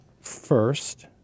first